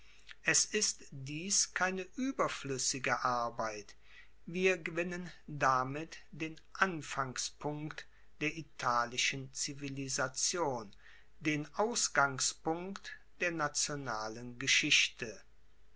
es ist dies keine ueberfluessige arbeit wir gewinnen damit den anfangspunkt der italischen zivilisation den ausgangspunkt der nationalen geschichte